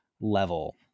level